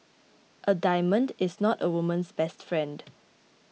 a diamond is not a woman's best friend